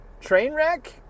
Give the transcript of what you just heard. Trainwreck